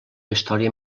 història